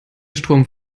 strom